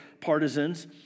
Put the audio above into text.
partisans